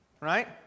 right